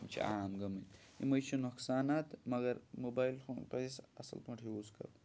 یِم چھِ عام گٔمٕتۍ یِمٕے چھِ نۄقصانات تہٕ مگر موبایِل فون پَزِ اَصٕل پٲٹھۍ یوٗز کَرُن